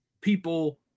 people